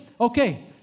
Okay